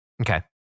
Okay